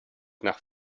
nach